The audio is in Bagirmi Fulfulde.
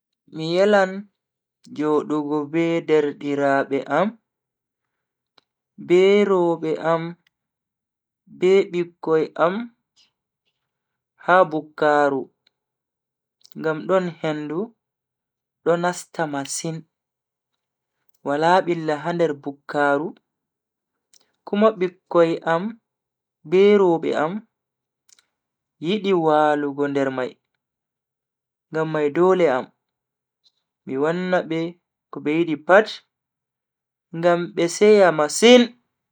Mi yelan jodugo be derdiraabe am, be roobe am be bikkoi am ha bukkaaru ngam don hendu do nasta masin, wala billa ha nder bukkaru kuma bikkoi am be robe am yidi walugo ha nder mai. ngam mai dole am mi wanna be ko be yidi pat ngam be seya masin.